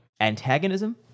antagonism